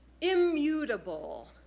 immutable